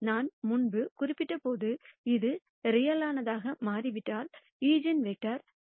நான் முன்பு குறிப்பிட்டது போல இது உண்மையானதாக மாறிவிட்டால் ஈஜென்வெக்டர்களும் உண்மையானவை